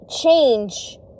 change